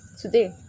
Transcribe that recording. today